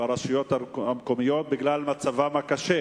ברשויות המקומיות בגלל מצבם הקשה,